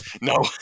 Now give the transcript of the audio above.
no